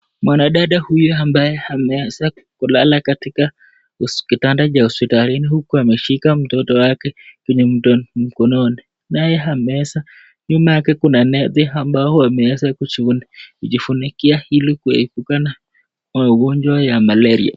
Mwana dada huyu ambaye ameweza kulala katika kitanda cha hospitalini huku ameshika mtoto wake kwenye mkononi. Naye ameweza nyuma yake kuna neti ambao wameweza kujifunikia ili kuepukana na ugonjwa wa malaria.